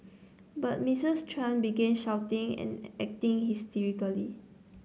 but Mistress Tran began shouting and acting hysterically